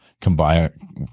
Combine